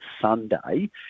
Sunday